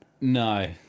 no